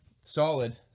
Solid